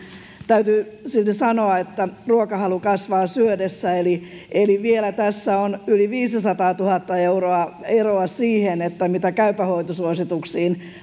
täytyy sanoa että ruokahalu kasvaa syödessä eli eli vielä tässä on yli viisisataatuhatta euroa eroa siihen mitä käypä hoito suosituksiin